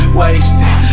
wasted